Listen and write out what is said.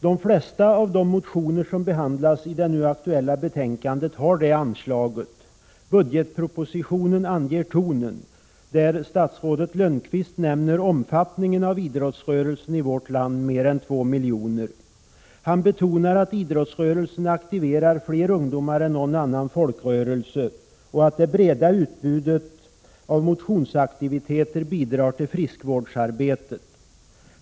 De flesta av de motioner som behandlas i det nu aktuella betänkandet har det anslaget. Budgetpropositionen anger tonen, och i den nämner statsrådet Ulf Lönnqvist att idrottsrörelsen i vårt land har mer än två miljoner utövare. Han betonar att idrottsrörelsen aktiverar fler ungdomar än någon annan folkrörelse och att det breda utbudet av motionsaktiviteter bidrar till friskvårdsarbete.